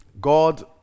God